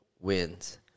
wins